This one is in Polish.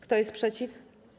Kto jest przeciw?